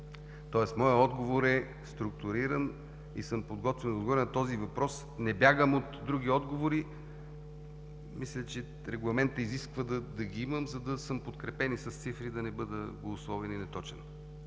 Тоест, моят отговор е структуриран и съм подготвен да отговоря на този въпрос. Не бягам от други отговори. Мисля, че регламентът изисква да ги имам, за да съм подкрепен с цифри, за да не бъда голословен и неточен.